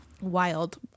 Wild